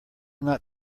not